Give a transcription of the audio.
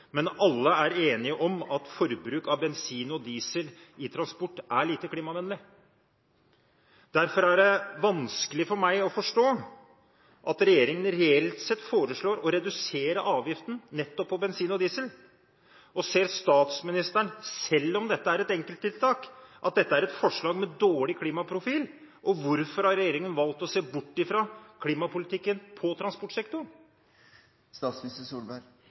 men alle er enige om at forbruk av bensin og diesel i transport er lite klimavennlig. Derfor er det vanskelig for meg å forstå at regjeringen reelt sett foreslår å redusere avgiften nettopp på bensin og diesel. Ser statsministeren, selv om dette er et enkelttiltak, at dette er et forslag med dårlig klimaprofil? Hvorfor har regjeringen valgt å se bort fra klimapolitikken på